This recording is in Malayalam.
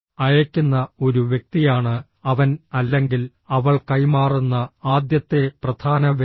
അയയ്ക്കുന്ന ഒരു വ്യക്തിയാണ് അവൻ അല്ലെങ്കിൽ അവൾ കൈമാറുന്ന ആദ്യത്തെ പ്രധാന വ്യക്തി